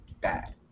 bad